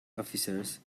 officers